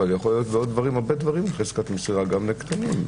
אבל יכולים להיות בהרבה דברים חזקת מסירה גם לקטינים.